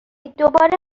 دوباره